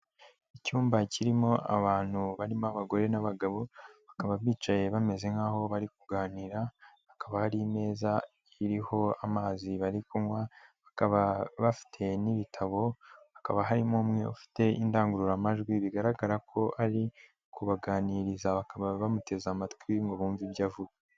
Icyumba kirimo abantu barimo abagore n'abagabo, bakaba bicaye bameze nk'aho bari kuganira, hakaba hari imeza iriho amazi bari kunywa, bakaba bafite n'ibitabo, hakaba harimo umwe ufite indangururamajwi bigaragara ko ari kubaganiriza, bakaba bamuteze amatwi ngo bumve ibyo avuga.